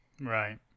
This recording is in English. Right